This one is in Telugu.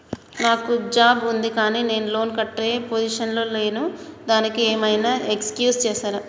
నాకు జాబ్ ఉంది కానీ నేను లోన్ కట్టే పొజిషన్ లా లేను దానికి ఏం ఐనా ఎక్స్క్యూజ్ చేస్తరా?